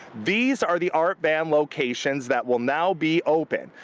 these are the art van locations that will now be open.